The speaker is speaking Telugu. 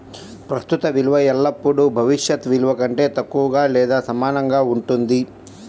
ప్రస్తుత విలువ ఎల్లప్పుడూ భవిష్యత్ విలువ కంటే తక్కువగా లేదా సమానంగా ఉంటుంది